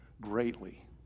greatly